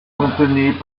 contenait